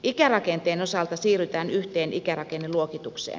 ikärakenteen osalta siirrytään yhteen ikärakenneluokitukseen